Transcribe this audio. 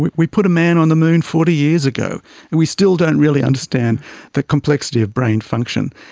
we we put a man on the moon forty years ago and we still don't really understand the complexity of brain function.